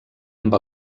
amb